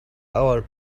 our